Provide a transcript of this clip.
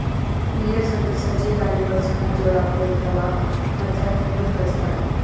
millets ಅಂದುರ್ ಸಜ್ಜಿ ಧಾನ್ಯಗೊಳ್ ಸಣ್ಣ ಜೋಳ ಅಪ್ಲೆ ಇರ್ತವಾ ಮತ್ತ ತಿನ್ಲೂಕ್ ಬಳಸ್ತಾರ್